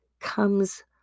comes